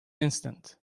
instant